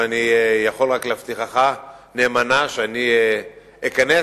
ואני יכול רק להבטיחך נאמנה שאני אכנס